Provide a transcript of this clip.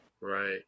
right